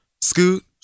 Scoot